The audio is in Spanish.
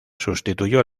sustituyó